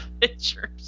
pictures